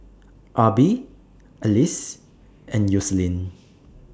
Arbie Alyse and Yoselin